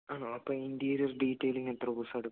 ആണോ അപ്പോള് ഈ ഇൻറ്റീര്യർ ഡീറ്റെയിലിങ്ങിന് എത്ര ദിവസമെടുക്കും